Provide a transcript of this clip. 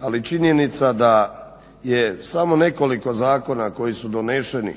ali činjenica je da je samo nekoliko zakona koji su doneseni